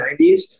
90s